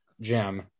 gem